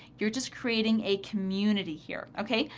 you're just creating a community here, okay?